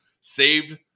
saved